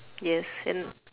yes and